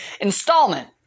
installment